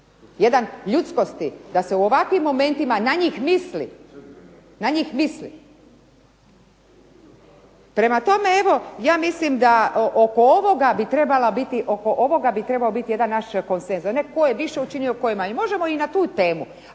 odnos ljudskosti da se u ovakvim momentima na njih misli. Prema tome, ja mislim da oko ovoga bi trebalo biti jedan naš konsenzus, a ne tko je više učinio a tko je manje. Možemo i na tu temu.